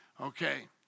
Okay